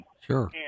Sure